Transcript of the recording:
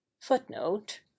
footnote